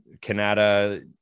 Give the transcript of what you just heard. Canada